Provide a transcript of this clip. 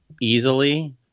easily